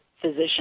physician